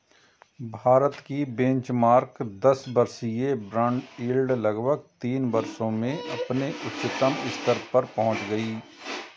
भारत की बेंचमार्क दस वर्षीय बॉन्ड यील्ड लगभग तीन वर्षों में अपने उच्चतम स्तर पर पहुंच गई